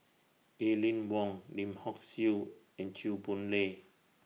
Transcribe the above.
Aline Wong Lim Hock Siew and Chew Boon Lay